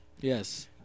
Yes